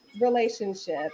relationship